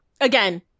again